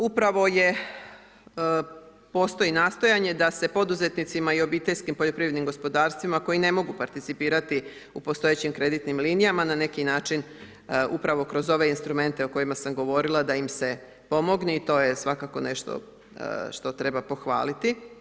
Upravo je, postoji nastojanje da se poduzetnicima i obiteljskim poljoprivrednim gospodarstvima koji ne mogu participirati u postojećim kreditnim linijama na neki način upravo kroz ove instrumente o kojima sam govorila da im se pomogne i to je svakako nešto što treba pohvaliti.